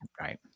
Right